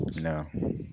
No